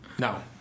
No